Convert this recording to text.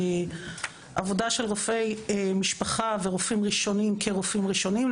עבודה של רופא משפחה ורופאים ראשונים כרופאים ראשונים,